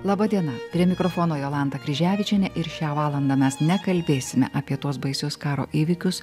laba diena prie mikrofono jolanta kryževičienė ir šią valandą mes nekalbėsime apie tuos baisius karo įvykius